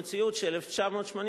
שהמציאות של "1984",